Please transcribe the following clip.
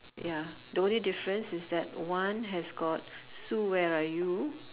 ya the only difference is that one has got Sue where are you